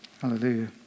Hallelujah